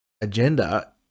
agenda